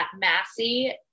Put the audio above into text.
massy